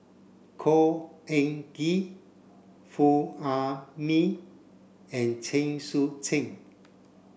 Khor Ean Ghee Foo Ah Bee and Chen Sucheng